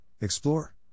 Explore